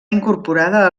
incorporada